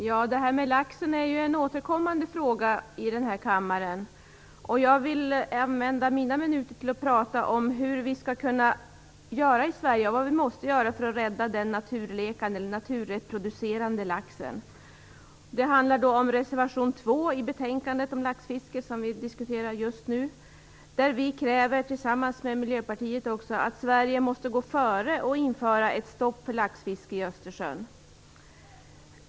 Herr talman! Frågan om laxen är ett återkommande ämne i kammaren. Jag vill använda mina minuter till att prata om vad vi måste göra i Sverige för att rädda den naturlekande och naturreproducerande laxen. Det handlar om reservation 2 i det betänkande om laxfiske som vi diskuterar just nu. Vi kräver i reservationen tillsammans med Miljöpartiet att Sverige måste gå före och införa ett stopp för laxfiske i Östersjön.